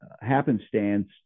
happenstance